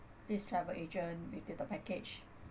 this travel agent with the package